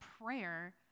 prayer